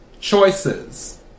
Choices